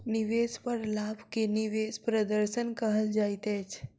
निवेश पर लाभ के निवेश प्रदर्शन कहल जाइत अछि